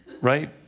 right